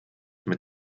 mit